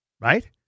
right